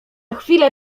chwilę